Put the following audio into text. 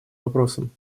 вопросам